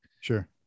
Sure